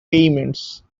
payments